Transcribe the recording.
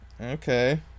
Okay